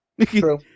True